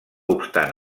obstant